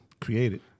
Created